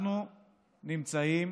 אנחנו נמצאים